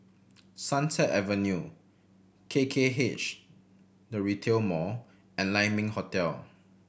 Sunset Avenue K K H The Retail Mall and Lai Ming Hotel